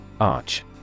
Arch